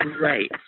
Right